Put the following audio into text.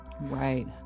right